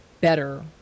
better